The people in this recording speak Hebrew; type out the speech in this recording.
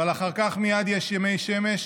אבל אחר כך מייד יש ימי שמש